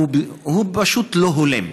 הוא פשוט לא הולם.